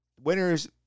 Winners